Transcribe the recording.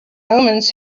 omens